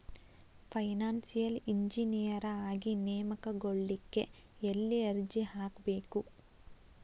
Financial engineer ಆಗಿ ನೇಮಕಗೊಳ್ಳಿಕ್ಕೆ ಯೆಲ್ಲಿ ಅರ್ಜಿಹಾಕ್ಬೇಕು?